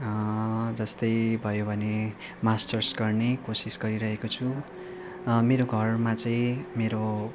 जस्तै भयो भने मास्टर्स गर्ने कोसिस गरिरहेको छु मेरो घरमा चाहिँ मेरो